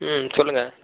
ம் சொல்லுங்கள்